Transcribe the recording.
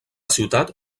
ciutat